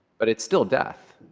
but it's still death.